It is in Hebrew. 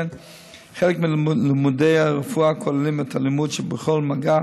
חלק מלימודי הרפואה כוללים את הלימוד שבכל מגע